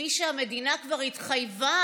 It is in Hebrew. כפי שהמדינה כבר התחייבה?